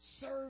Serve